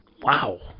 Wow